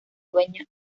dueña